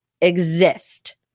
exist